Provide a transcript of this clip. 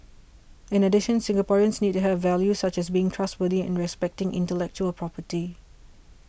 in addition Singaporeans need to have values such as being trustworthy and respecting intellectual property